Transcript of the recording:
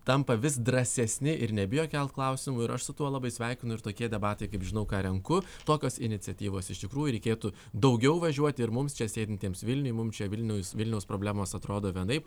tampa vis drąsesni ir nebijo kelt klausimų ir aš su tuo labai sveikinu ir tokie debatai kaip žinau ką renku tokios iniciatyvos iš tikrųjų reikėtų daugiau važiuot ir mums čia sėdintiems vilniuj mum čia vilnius vilniaus problemos atrodo vienaip